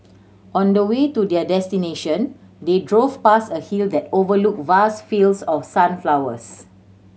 on the way to their destination they drove past a hill that overlooked vast fields of sunflowers